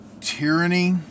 tyranny